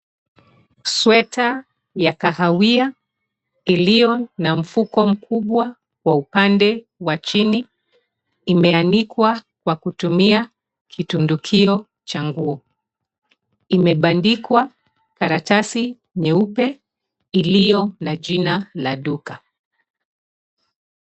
Sweta ya kahawia iliyo na mfuko mkubwa wa upande wa chini imeanikwa kwa kutumia kitundukio cha nguo. Imebandikwa karatasi nyeupe uliyo na jina la duka.